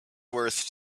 worth